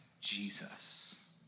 Jesus